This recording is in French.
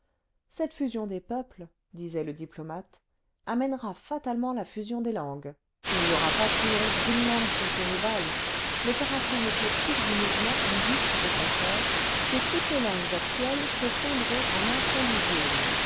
cette fusion des peuples disait le diplomate amènera fatalement la fusion des langues il n'y aura pas triomphe d'une langue sur ses rivales le caractère éclectique du mouvement indique au contraire que toutes les langues actuelles se fondront en un seul idiome